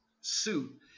suit